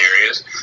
areas